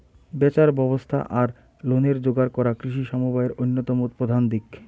ব্যাচার ব্যবস্থা আর লোনের যোগার করা কৃষি সমবায়ের অইন্যতম প্রধান দিক